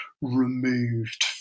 removed